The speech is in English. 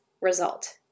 result